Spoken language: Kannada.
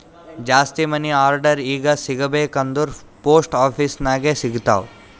ಜಾಸ್ತಿ ಮನಿ ಆರ್ಡರ್ ಈಗ ಸಿಗಬೇಕ ಅಂದುರ್ ಪೋಸ್ಟ್ ಆಫೀಸ್ ನಾಗೆ ಸಿಗ್ತಾವ್